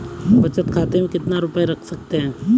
बचत खाते में कितना रुपया रख सकते हैं?